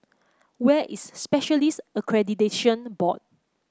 where is Specialists Accreditation Board